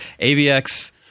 AVX